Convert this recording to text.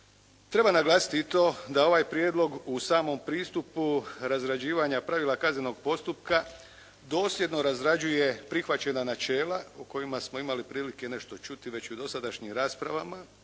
Treba naglasiti i to da je ovaj prijedlog u samom pristupu razrađivanja pravila kaznenog postupka dosljedno razrađuje prihvaćena načela o kojima smo imali prilike nešto čuti već i u dosadašnjim raspravama,